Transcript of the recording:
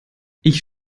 ich